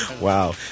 Wow